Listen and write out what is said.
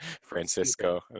Francisco